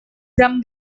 gram